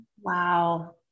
Wow